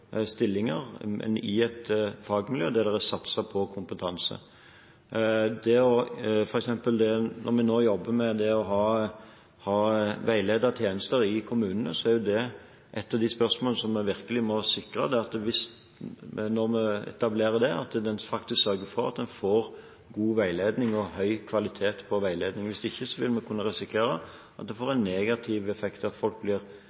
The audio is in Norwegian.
i et fagmiljø der det er satset på kompetanse. For eksempel når vi nå jobber med det å ha veiledertjenester i kommunene, er et av de spørsmål som vi virkelig må sikre når vi etablerer dette, at en sørger for at en får god veiledning og veiledning av høy kvalitet. Hvis ikke vil vi kunne risikere at det får en negativ effekt, at folk blir